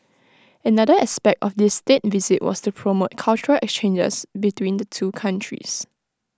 another aspect of this State Visit was to promote cultural exchanges between the two countries